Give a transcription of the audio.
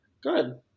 Good